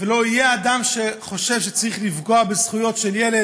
ולא יהיה אדם שחושב שצריך לפגוע בזכויות של ילד.